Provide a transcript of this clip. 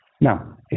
Now